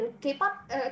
K-pop